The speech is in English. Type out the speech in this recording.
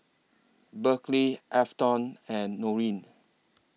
Berkley Afton and Norine